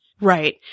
Right